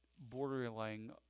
borderline